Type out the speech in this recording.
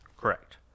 correct